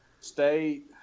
State